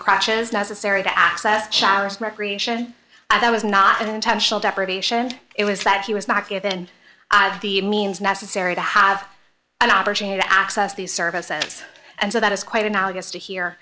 crutches necessary to access showers recreation and that was not intentional deprivation it was that he was not given the means necessary to have an opportunity to access these services and so that is quite analogous to here